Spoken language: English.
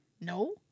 no